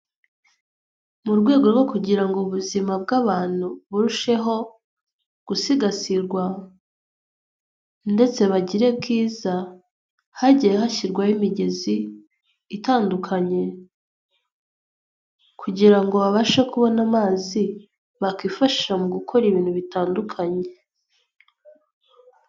Mu rwego rwo kugira ngo ubuzima bw'abantu burusheho gusigasirwa ndetse bagire bwiza, hagiye hashyirwaho imigezi itandukanye, kugira ngo babashe kubona amazi bakifashashi mu gukora ibintu bitandukanye.